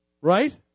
Right